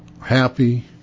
happy